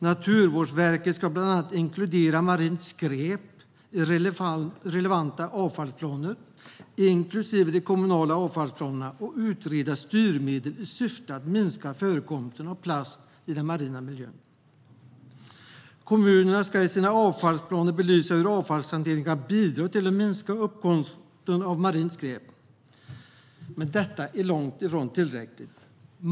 Naturvårdsverket ska bland annat inkludera marint skräp i relevanta avfallsplaner, inklusive de kommunala avfallsplanerna, och utreda styrmedel i syfte att minska förekomsten av plast i den marina miljön. Kommunerna ska i sina avfallsplaner belysa hur avfallshanteringen kan bidra till att minska uppkomsten av marint skräp. Men detta är långt ifrån tillräckligt.